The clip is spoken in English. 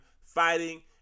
fighting